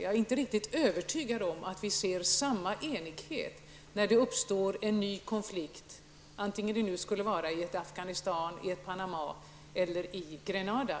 Jag är inte riktigt övertygad om att vi ser samma enighet när det uppstår en ny konflikt i fortsättningen, vare sig det nu skulle vara i Afghanistan, i Panama eller i Grenada.